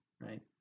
right